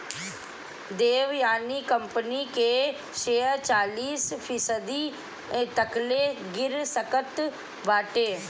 Devyani company के share चालीस फीसदी तकले गिर सकत बाटे